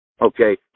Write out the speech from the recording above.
Okay